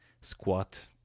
squat